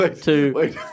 two